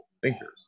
thinkers